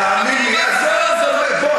לא בחרו בכם.